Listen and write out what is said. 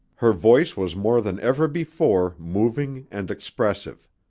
her voice was more than ever before moving and expressive.